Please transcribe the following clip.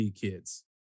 kids